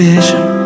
Vision